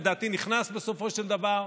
ולדעתי הוא נכנס בסופו של דבר,